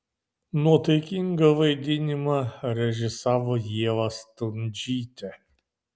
nuotaikingą vaidinimą režisavo ieva stundžytė